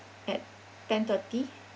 at ten thirty